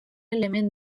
element